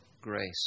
grace